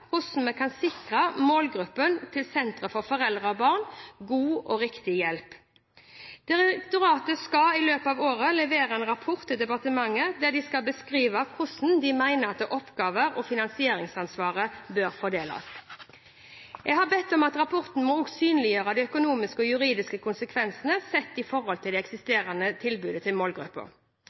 vi kan sikre målgruppen til sentre for foreldre og barn god og riktig hjelp. Direktoratet skal i løpet av året levere en rapport til departementet der de skal beskrive hvordan de mener oppgave- og finansieringsansvaret bør fordeles. Jeg har bedt om at rapporten må synliggjøre de økonomiske og juridiske konsekvensene sett i forhold til det eksisterende tilbudet til